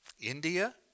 India